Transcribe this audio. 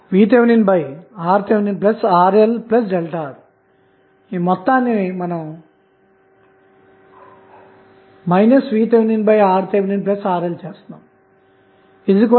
మీరు సర్క్యూట్ నుండి గరిష్ట శక్తిని ఆకర్షించే RLవిలువను కనుగొనండి